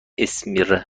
اسمیرنوو